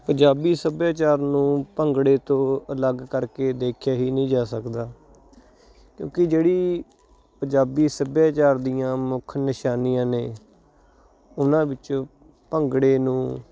ਪੰਜਾਬੀ ਸੱਭਿਆਚਾਰ ਨੂੰ ਭੰਗੜੇ ਤੋਂ ਅਲੱਗ ਕਰਕੇ ਦੇਖਿਆ ਹੀ ਨਹੀਂ ਜਾ ਸਕਦਾ ਕਿਉਂਕਿ ਜਿਹੜੀ ਪੰਜਾਬੀ ਸੱਭਿਆਚਾਰ ਦੀਆਂ ਮੁੱਖ ਨਿਸ਼ਾਨੀਆਂ ਨੇ ਉਨ੍ਹਾਂ ਵਿੱਚੋਂ ਭੰਗੜੇ ਨੂੰ